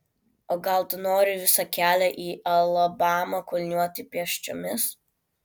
o gal tu nori visą kelią į alabamą kulniuoti pėsčiomis